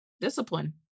Discipline